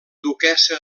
duquessa